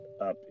up